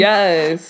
Yes